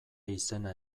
izena